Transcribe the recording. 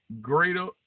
greater